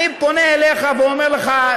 אני פונה אליך ואומר לך,